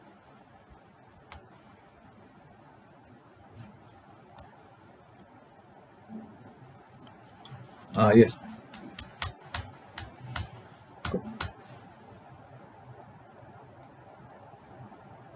ah yes